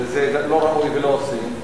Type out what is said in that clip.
וזה לא ראוי ולא עושים,